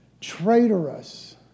traitorous